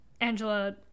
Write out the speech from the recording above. Angela